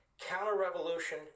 Counter-Revolution